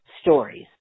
stories